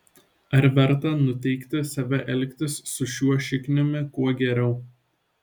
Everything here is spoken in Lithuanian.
ar verta nuteikti save elgtis su šiuo šikniumi kuo geriau